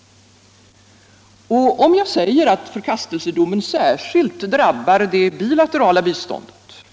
Och om jag säger att förkastelsedomen särskilt drabbar det bilaterala biståndet.